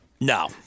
No